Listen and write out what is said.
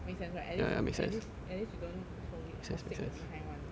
makes sense right at least at least at least you don't forg~ forsake the behind [one]